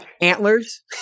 antlers